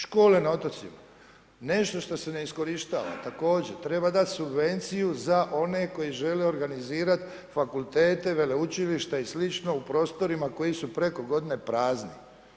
Škole na otocima, nešto što se ne iskorištava, također, treba dati subvenciju za one koji žele organizirati fakultete, veleučilišta i sl. u prostorima koji su preko godina prazni.